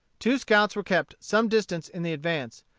two scouts were kept some distance in the advance,